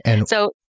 So-